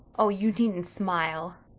oh, you needn't smile.